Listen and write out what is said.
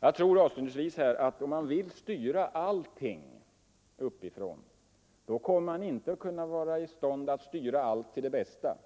Jag vill avslutningsvis säga, att om man vill styra allting uppifrån, kommer man inte att bli i stånd att styra allt till det bästa.